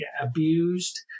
abused